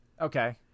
Okay